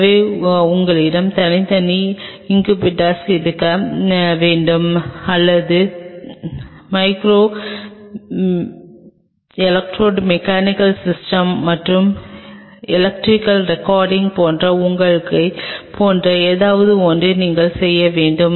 எனவே எங்களிடம் தனித்தனி இன்குபேட்டர்கள் இருக்க வேண்டும் அல்லது மைக்ரோ எலக்ட்ரோ மெக்கானிக்கல் சிஸ்டம்ஸ் மற்றும் எலக்ட்ரிக்கல் ரெக்கார்டிங்ஸ் போன்ற உங்களைப் போன்ற ஏதாவது ஒன்றை நீங்கள் செய்ய வேண்டும்